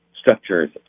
structures